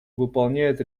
выполняет